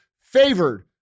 favored